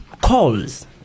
calls